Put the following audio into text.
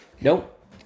Nope